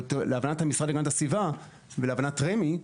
להבנת המשרד להגנת הסביבה ולהבנת רמ"י,